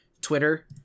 Twitter